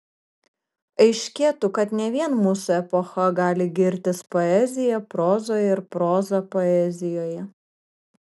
aiškėtų kad ne vien mūsų epocha gali girtis poezija prozoje ir proza poezijoje